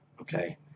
Okay